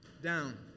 down